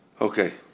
Okay